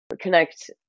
connect